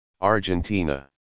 Argentina